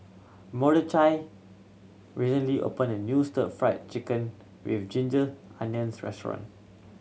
Mordechai recently opened a new Stir Fried Chicken With Ginger Onions restaurant